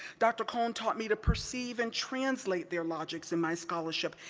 dr. cone taught me to perceive and translate their logics in my scholarship,